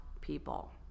people